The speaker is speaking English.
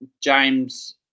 James